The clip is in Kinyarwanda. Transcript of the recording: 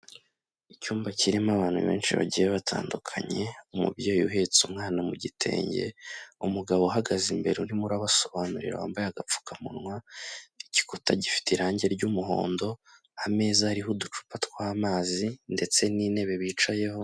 Icyumba kirimo abantu benshi bagiye batandukanye, umubyeyi uhetse umwana mu gitenge, umugabo uhagaze imbere urimo urabasobanurira wambaye agapfukamunwa, igikuta gifite irangi ry'umuhondo, ameza ariho uducupa tw'amazi ndetse n'intebe bicayeho.